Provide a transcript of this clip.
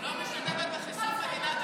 מעניין למה נפתלי,